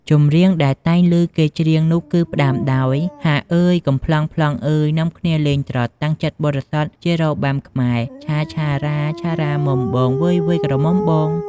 ម្រៀងដែលតែងឮគេច្រៀងនោះគឺផ្ដើមដោយ «ហ្អាអ៉ើយ!!! កំប្លង់ៗអ្ហើយ នាំគ្នាលេងត្រុដិ តាំងចិត្តបរិសុទ្ធ ជារបាំខ្មែរ ឆាៗរ៉ាឆារ៉ាមុំបង វើយៗក្រមុំបង.....»។